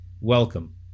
Welcome